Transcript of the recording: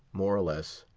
more or less,